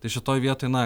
tai šitoj vietoj na